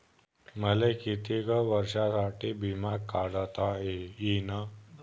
मले कितीक वर्षासाठी बिमा काढता येईन?